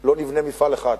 לא נבנה מפעל אחד.